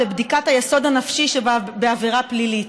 לבדיקת היסוד הנפשי שבעבירה פלילית.